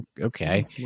okay